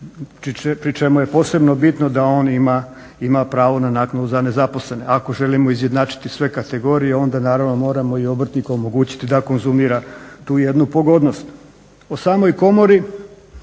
pri čemu je posebno bitno da on ima pravo na naknadu za nezaposlene. Ako želimo izjednačiti sve kategorije onda naravno moramo i obrtniku omogućiti da konzumira tu jednu pogodnost. O samoj komori